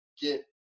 get